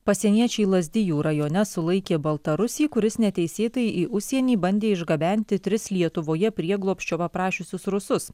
pasieniečiai lazdijų rajone sulaikė baltarusį kuris neteisėtai į užsienį bandė išgabenti tris lietuvoje prieglobsčio paprašiusius rusus